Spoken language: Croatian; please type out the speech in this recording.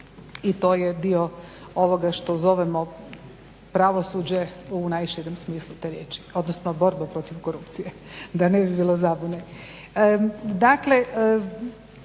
i to je dio ovoga što zovemo pravosuđe u najširem smislu te riječi, odnosno borbe protiv korupcije, da ne bi bilo zabune.